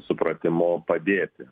supratimu padėti